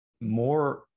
more